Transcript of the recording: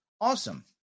Awesome